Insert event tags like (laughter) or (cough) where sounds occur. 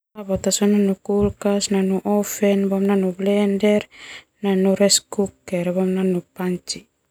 (unintelligible) kulkas, nanu oven, boma nanu blender, nanu reskuker, boma nanu panci.